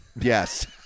yes